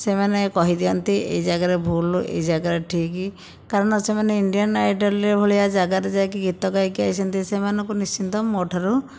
ସେମାନେ କହି ଦିଅନ୍ତି ଏଇ ଜାଗାରେ ଭୁଲ ଏଇ ଜାଗାରେ ଠିକ୍ କାରଣ ସେମାନେ ଇଣ୍ଡିଆନ ଆଇଡଲରେ ଭଳିଆ ଜାଗାରେ ଯାଇକି ଗୀତ ଗାଇକି ଆସିଛନ୍ତି ସେମାନଙ୍କୁ ନିଶ୍ଚିନ୍ତ ମୋ ଠାରୁ